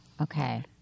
Okay